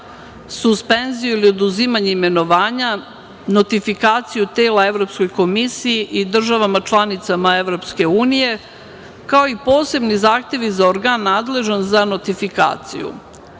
suspenziju i oduzimanje imenovanja, notifikaciju tela Evropskoj komisiji i državama članicama EU, kao i posebni zahtevi za organ nadležan za notifikaciju.